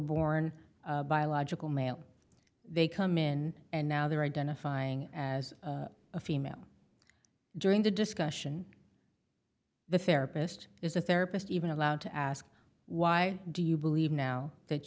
born biological male they come in and now they're identifying as a female during the discussion the therapist is a therapist even allowed to ask why do you believe now that